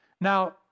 Now